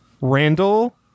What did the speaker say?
Randall